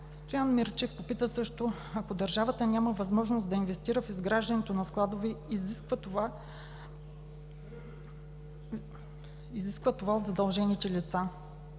Стоян Мирчев попита: „Защо, ако държавата няма възможност да инвестира в изграждането на складове, изисква това от задължените лица?“